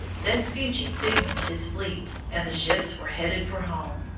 vespucci signaled his fleet, and the ships were headed for home,